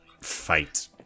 fight